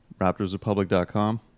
raptorsrepublic.com